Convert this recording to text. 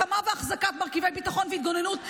הקמה ואחזקת מרכיבי ביטחון והתגוננות,